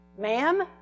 Ma'am